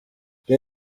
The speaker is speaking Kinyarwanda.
the